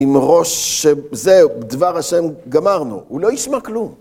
עם ראש שזהו, דבר השם, גמרנו. הוא לא ישמע כלום.